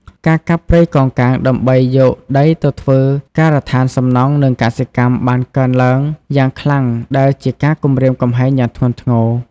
ការកាប់ព្រៃកោងកាងដើម្បីយកដីទៅធ្វើការដ្ឋានសំណង់និងកសិកម្មបានកើតឡើងយ៉ាងខ្លាំងដែលជាការគំរាមកំហែងយ៉ាងធ្ងន់ធ្ងរ។